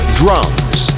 drums